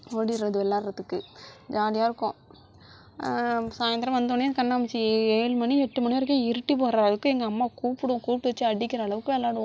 ஓடிடுறது விளாட்றதுக்கு ஜாலியாக இருக்கும் சாயந்தரம் வந்தவோடனையே கண்ணாமூச்சி ஏழு மணி எட்டு மணி வரைக்கும் இருட்டி போகிற வரைக்கும் எங்கள் அம்மா கூப்பிடும் கூப்பிட்டு வச்சு அடிக்கிற அளவுக்கு விளாடுவோம்